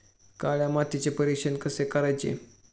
काळ्या मातीचे परीक्षण कसे करायचे?